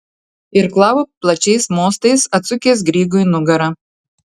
irklavo plačiais mostais atsukęs grygui nugarą